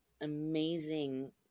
amazing